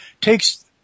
takes